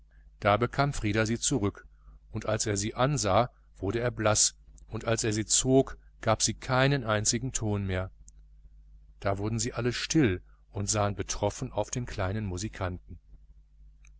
da bekam sie frieder zurück und als er sie ansah wurde er blaß und als er sie zog gab sie keinen einzigen ton mehr da wurden sie alle still und sahen betroffen auf den kleinen musikanten